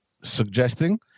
suggesting